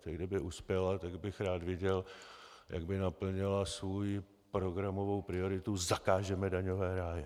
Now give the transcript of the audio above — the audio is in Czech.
Kdyby uspěla, tak bych rád viděl, jak by naplnila svoji programovou prioritu: zakážeme daňové ráje.